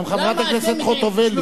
גם חברת הכנסת חוטובלי.